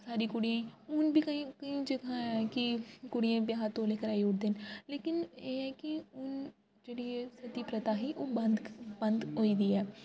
सारी कुड़ियें ई हून बी केईं जगह् ऐ की कुड़ियें ब्याह् तौले कराई ओड़दे न लेकिन एह् ऐ की जेह्ड़ी सति प्रथा ही ओह् बंद बंद होई दी ऐ